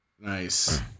Nice